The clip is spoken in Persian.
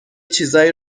چیزایی